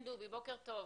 בבקשה תבדקו.